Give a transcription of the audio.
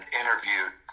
interviewed